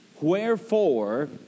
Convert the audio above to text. Wherefore